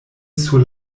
sur